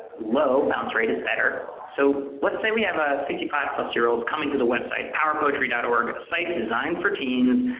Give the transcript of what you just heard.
low bounce rate is better. so let's say we have a fifty five year old coming to the website, powerpoetry org, a site designed for teens,